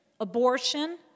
abortion